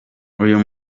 uyu